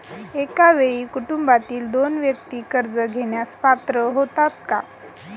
एका वेळी कुटुंबातील दोन व्यक्ती कर्ज घेण्यास पात्र होतात का?